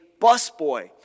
busboy